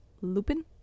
Lupin